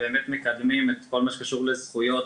ובאמת מקדמים את כל מה שקשור לנושא של זכויות